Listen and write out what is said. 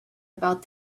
about